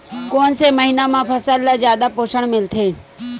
कोन से महीना म फसल ल जादा पोषण मिलथे?